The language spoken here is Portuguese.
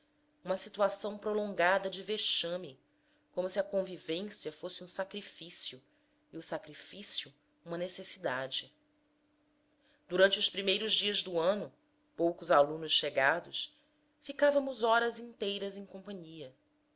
uma situação prolongada de vexame como se a convivência fosse um sacrifício e o sacrifício uma necessidade durante os primeiros dias do ano poucos alunos chegados ficávamos horas inteiras em companhia